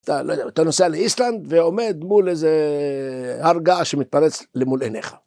אתה, לא יודע, אתה נוסע לאיסלנד ועומד מול איזה הר געש שמתפרץ למול עיניך.